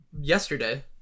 yesterday